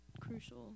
crucial